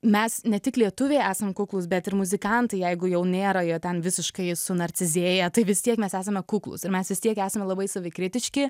mes ne tik lietuviai esam kuklūs bet ir muzikantai jeigu jau nėra jie ten visiškai sunarcizėję tai vis tiek mes esame kuklūs ir mes vis tiek esame labai savikritiški